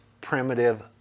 primitive